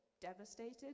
devastated